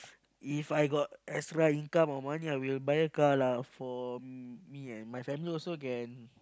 If I got extra income or money I will buy a car lah for me and my family also can